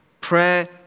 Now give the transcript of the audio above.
prayer